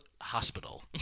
hospital